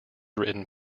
written